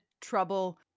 trouble